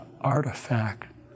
artifact